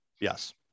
Yes